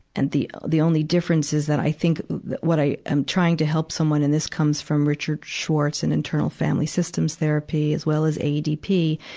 and the the only difference is that i think, what i am trying to help someone and this comes from richard schwartz and internal family systems therapy, as well as aedp,